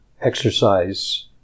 exercise